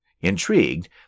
Intrigued